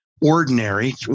ordinary